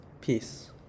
peace